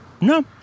no